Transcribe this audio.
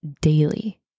daily